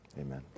amen